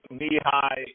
knee-high